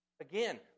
Again